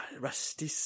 rusty